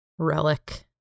relic